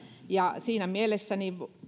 ja siinä mielessä